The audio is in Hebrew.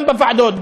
גם בוועדות,